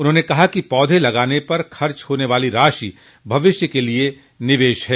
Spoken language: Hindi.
उन्होंने कहा कि पौधे लगाने पर खर्च होने वाली राशि भविष्य के लिए निवेश है